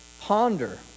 ponder